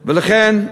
ולכן,